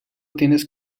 tienes